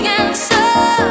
answer